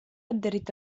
adherit